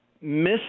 miss